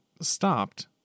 stopped